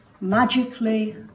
magically